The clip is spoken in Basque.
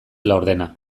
laurdena